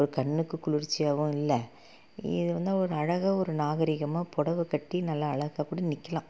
ஒரு கண்ணுக்கு குளிர்ச்சியாகவும் இல்லை இது வந்து ஒரு அழகாக ஒரு நாகரிகமாக புடவ கட்டி நல்லா அழகாக கூட நிற்கலாம்